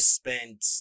spent